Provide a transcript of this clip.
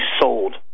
sold